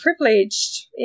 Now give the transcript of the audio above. privileged